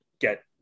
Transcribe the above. get